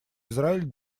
израиль